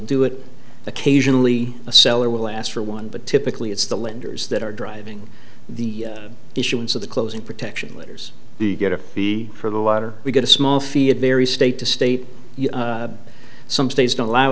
do it occasionally a seller will ask for one but typically it's the lenders that are driving the issuance of the closing protection letters the get a fee for the water we get a small fee it varies state to state some states don't allow